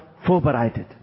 vorbereitet